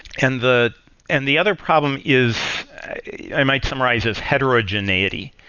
and the and the other problem is i might summarize as heterogeneity.